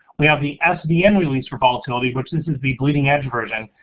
we have the sdn release for volatility, which is is the bleeding edge version,